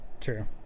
True